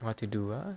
what to do lah